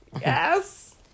yes